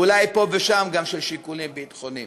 אולי פה ושם גם של שיקולים ביטחוניים.